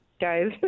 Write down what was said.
guys